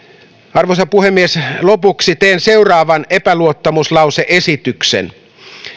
arvoisa puhemies lopuksi teen seuraavan epäluottamuslause esityksen